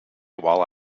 while